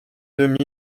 deux